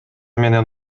менен